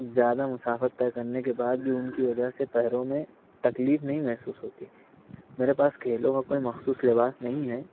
زیادہ مسافت طے کرنے کے بعد بھی ان کی وجہ سے پیروں میں تکلیف نہیں محسوس ہوتی میرے پاس کھلیوں کا کوئی مخصوص لباس نہیں ہے